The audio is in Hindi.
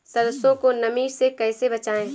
सरसो को नमी से कैसे बचाएं?